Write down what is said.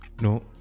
no